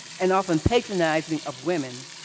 and often patronizing of women,